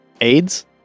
AIDS